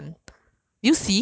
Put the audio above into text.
orh orh orh